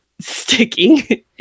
sticking